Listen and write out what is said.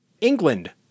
england